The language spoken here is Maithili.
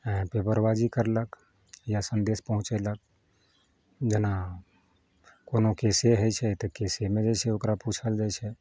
हँ पेपरबाजी करलक या सन्देश पहुँचेलक जेना कोनो केसे होइछै तऽ केसेमे जे छै ओकरा पूछल जाइ छै